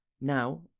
Now